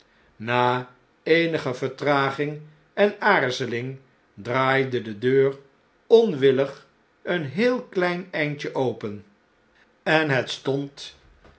na eenige vertraging en aarzeling draaide de deur onwillig een heel klein eindje open en het